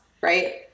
Right